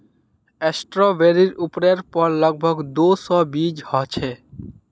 स्ट्रॉबेरीर उपरेर पर लग भग दो सौ बीज ह छे